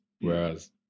whereas